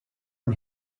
and